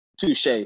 touche